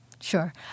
Sure